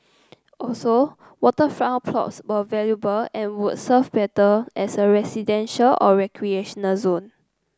also waterfront plots were valuable and would serve better as a residential or recreational zone